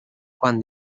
quan